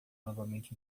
novamente